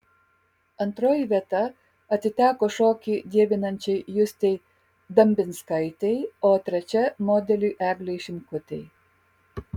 antroji vieta atiteko šokį dievinančiai justei dambinskaitei o trečia modeliui eglei šimkutei